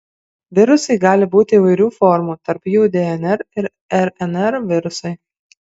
virusai gali būti įvairių formų tarp jų dnr ir rnr virusai